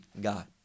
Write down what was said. God